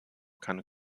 keine